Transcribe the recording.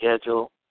schedule